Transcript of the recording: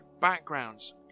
backgrounds